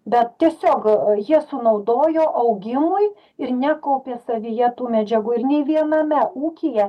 bet tiesiog jie sunaudojo augimui ir nekaupė savyje tų medžiagų ir nei viename ūkyje